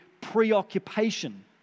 preoccupation